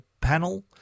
panel